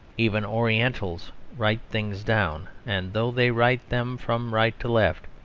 even orientals write things down and though they write them from right to left,